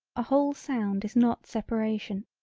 a whole sound is not separation,